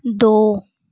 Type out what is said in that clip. दो